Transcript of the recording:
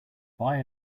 buy